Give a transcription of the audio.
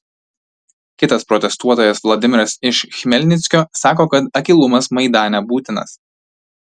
kitas protestuotojas vladimiras iš chmelnickio sako kad akylumas maidane būtinas